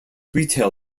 retail